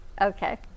Okay